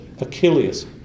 Achilles